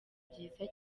byiza